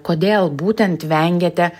kodėl būtent vengiate